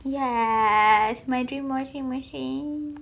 ya my dream washing machine